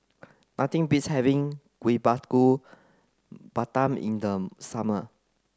nothing beats having Kuih Bakar Pandan in the summer